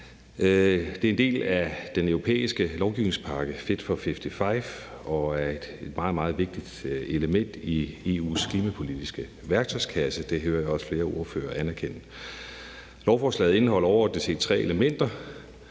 Det er en del af den europæiske lovgivningspakke Fit for 55, og det er et meget, meget vigtigt element i EU's klimapolitiske værktøjskasse, og det hører jeg også flere ordførere anerkende. Lovforslaget indeholder overordnet set tre elementer.